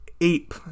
ape